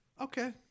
Okay